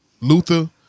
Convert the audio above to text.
Luther